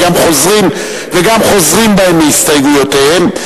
וגם חוזרים בהם מהסתייגויותיהם,